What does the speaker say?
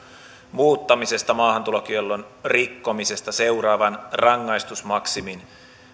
muuttamista maahantulokiellon rikkomisesta seuraavan rangaistusmaksimin